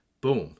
boom